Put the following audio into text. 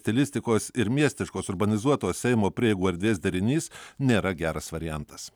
stilistikos ir miestiškos urbanizuotos seimo prieigų erdvės darinys nėra geras variantas